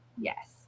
yes